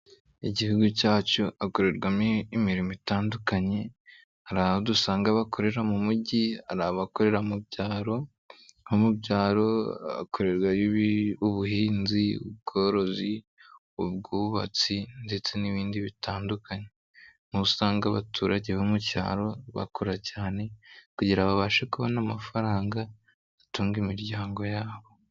Igihugu cyacu hakorerwamo imirimo itandukanye, hari aho dusanga bakorera mu mujyi, abakorera mu byaro, naho mu byaro hakorerwa ubuhinzi, ubworozi, ubwubatsi ndetse n'ibindi bitandukanye. Usanga abaturage bo mu cyaro bakora cyane kugira babashe kubona amafaranga atunga imiryango yabo.